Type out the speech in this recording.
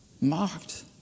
mocked